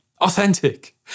authentic